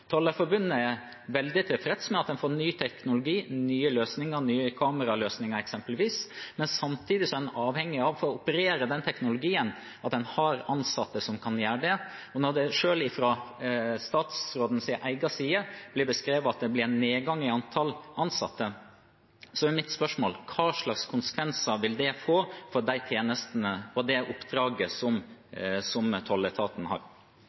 er veldig tilfreds med at de får ny teknologi, nye løsninger, nye kameraløsninger, eksempelvis, men samtidig er de avhengige av å få operere den teknologien, at de har ansatte som kan gjøre det. Når det selv fra statsrådens side beskrives slik at det blir en nedgang i antall ansatte, er mitt spørsmål: Hvilke konsekvenser vil det få for de tjenestene og det oppdraget som tolletaten har?